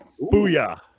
Booyah